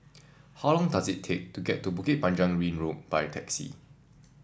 how long does it take to get to Bukit Panjang Ring Road by taxi